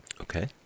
Okay